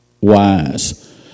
wise